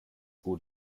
gut